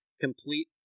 complete